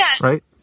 Right